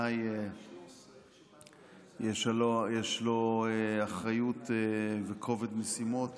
שבוודאי יש לו את האחריות ואת כובד המשימות